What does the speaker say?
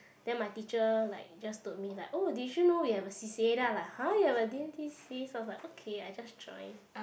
then my teacher like just told me like oh did you know we have a c_c_a then I like !huh! you have a D and T c_c_a so I was like okay I just join